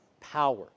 power